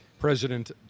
President